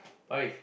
Parish